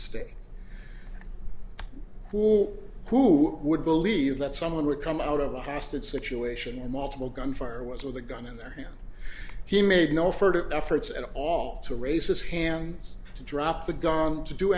state who who would believe that someone would come out of a hostage situation and multiple gunfire with a gun in their hands he made no further efforts at all to raise his hands to drop the garment to do